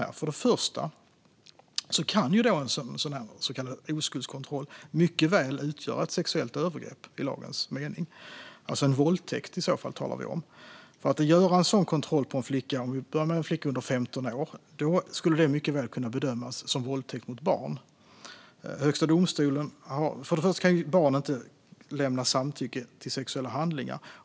En så kallad oskuldskontroll kan mycket väl utgöra ett sexuellt övergrepp i lagens mening. Det är i så fall en våldtäkt vi talar om. Att göra en sådan kontroll på en flicka under 15 år skulle mycket väl kunna bedömas som våldtäkt mot barn. Ett barn kan inte lämna samtycke till sexuella handlingar.